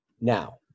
now